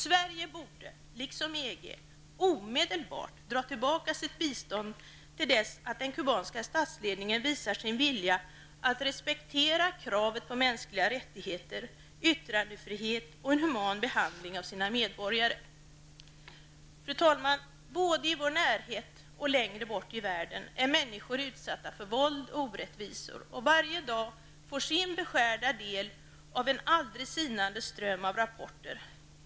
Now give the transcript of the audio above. Sverige borde liksom EG omedelbart dra tillbaka sitt bistånd till dess att den kubanska statsledningen visar sin vilja att respektera kravet på mänskliga rättigheter, yttrandefrihet och en human behandling av sina medborgare. Fru talman! Både i vår närhet och längre bort i världen är människor utsatta för våld och orättvisor. Varje dag får sin beskärda del av en aldrig sinande ström av rapporter.